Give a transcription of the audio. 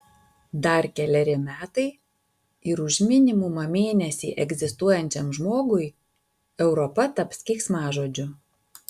dar keleri metai ir už minimumą mėnesį egzistuojančiam žmogui europa taps keiksmažodžiu